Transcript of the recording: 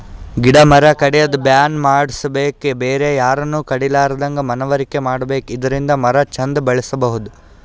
ಗಿಡ ಮರ ಕಡ್ಯದ್ ಬ್ಯಾನ್ ಮಾಡ್ಸಬೇಕ್ ಬೇರೆ ಯಾರನು ಕಡಿಲಾರದಂಗ್ ಮನವರಿಕೆ ಮಾಡ್ಬೇಕ್ ಇದರಿಂದ ಮರ ಚಂದ್ ಬೆಳಸಬಹುದ್